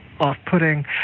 off-putting